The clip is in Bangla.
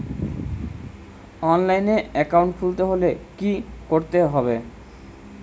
অনলাইনে একাউন্ট খুলতে হলে কি করতে হবে?